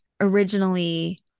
originally